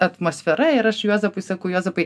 atmosfera ir aš juozapui sakau juozapai